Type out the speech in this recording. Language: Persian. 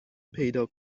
پیدا